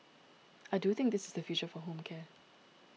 I do think this is the future for home care